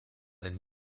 and